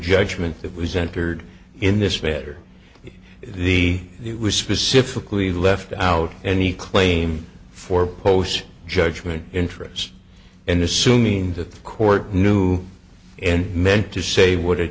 judgment that was entered in this matter he was specifically left out any claim for post judgment interest and assuming that the court knew and meant to say what it